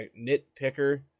nitpicker